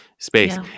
space